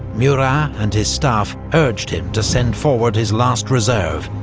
murat and his staff urged him to send forward his last reserve,